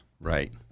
right